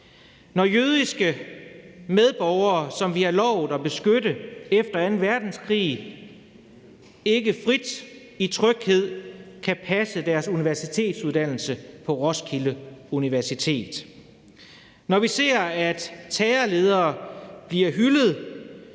Når jødiske medborgere, som vi har lovet at beskytte efter anden verdenskrig, ikke frit og i tryghed kan passe deres universitetsuddannelse på Roskilde Universitet, når vi ser, at terrorledere bliver hyldet,